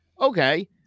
Okay